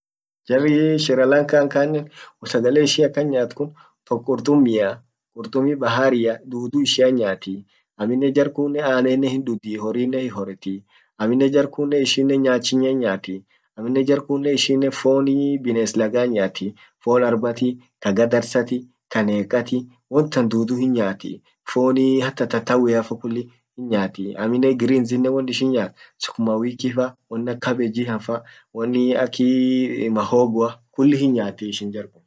Jar shrilankan kanen sagale ishin akan nyaat rok qurtummia, qurtummi baharia, dudu ishia hinyaati. Amminen jar kunen anen hindudhi horrinen hihorti, amminen jar kunen ishin nyachinen hinyaati ,amminen jar kunen ishin fonii bines laga hinyaati, fon arbati kagadarsati kanekati, won tan dudu hinyaati fonii hata tataweafa kulli hinyaati amminen greens inen won ishin nyaat sukuma wiki fa, won ak cabbage fa, wonii akii mahogoa kulli hinyaati